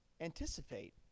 anticipate